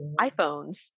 iPhones